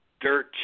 dirt